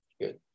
good